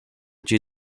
due